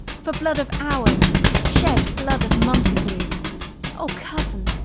for blood of ours shed blood of montague o cousin,